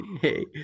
Hey